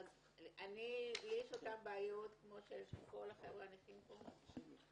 לי יש אותן בעיות כמו שיש לכל החבר'ה הנכים פה.